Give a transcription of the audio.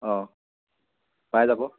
অঁ পাই যাব